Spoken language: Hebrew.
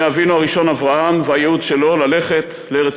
מאבינו הראשון אברהם והייעוד שלו ללכת לארץ